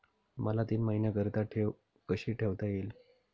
मला तीन महिन्याकरिता ठेव कशी ठेवता येईल?